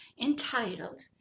entitled